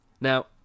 Now